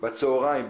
ביום שני בצוהריים,